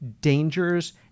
dangers